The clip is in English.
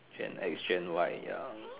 gen X gen Y ya